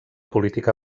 política